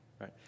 right